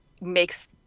makes